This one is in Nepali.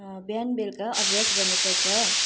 बिहान बेलुका अभ्यास गर्नु पर्छ